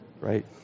right